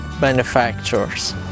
manufacturers